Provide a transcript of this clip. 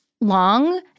long